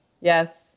Yes